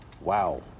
wow